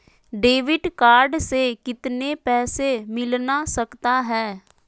Debit card से कितने पैसे मिलना सकता हैं?